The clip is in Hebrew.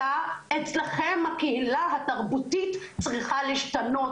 אלא אצלכם הקהילה התרבותית צריכה להשתנות.